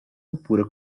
oppure